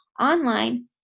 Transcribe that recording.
online